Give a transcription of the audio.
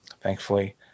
thankfully